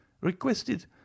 requested